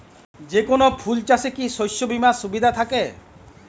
যেকোন ফুল চাষে কি শস্য বিমার সুবিধা থাকে?